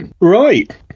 Right